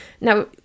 now